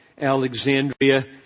Alexandria